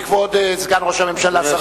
כבוד שר הפנים, סגן ראש הממשלה.